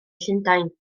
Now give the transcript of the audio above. llundain